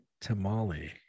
tamale